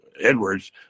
Edwards